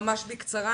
ממש בקצרה,